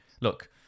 Look